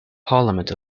parliament